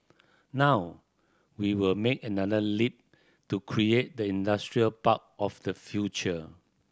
now we will make another leap to create the industrial park of the future